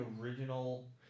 original